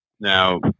now